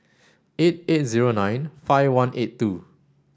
eight eight zero nine five one eight two